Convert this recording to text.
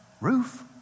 roof